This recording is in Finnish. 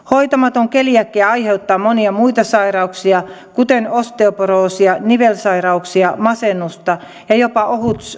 hoitamaton keliakia aiheuttaa monia muita sairauksia kuten osteoporoosia nivelsai rauksia masennusta ja jopa